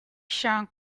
shrunk